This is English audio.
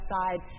side